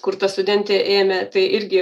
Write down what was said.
kur ta studentė ėmė tai irgi